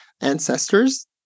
ancestors